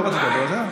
לא רצית לדבר.